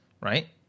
right